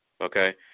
Okay